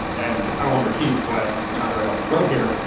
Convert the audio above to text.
and i won't repeat what the copyright office wrote here.